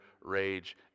rage